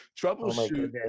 troubleshoot